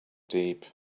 deep